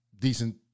decent